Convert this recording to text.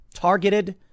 Targeted